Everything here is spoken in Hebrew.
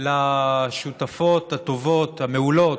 לשותפות הטובות, המעולות,